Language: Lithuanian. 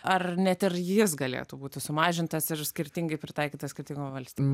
ar net ir jis galėtų būti sumažintas ir skirtingai pritaikytas skirtingom valstybėm